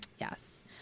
Yes